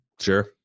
Sure